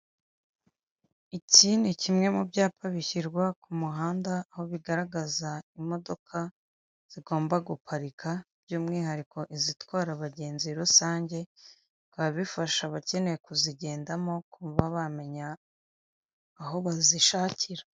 Iki ni kimwe mu byapa bishyirwa ku muhanda, aho bigaragaza imodoka zigomba guparika by'umwihariko izitwara abagenzi rusange, bikaba bifasha abakeneye kuzigendamo kuba bamenya aho bazishakira.